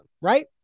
right